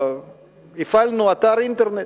הפעלנו אתר אינטרנט,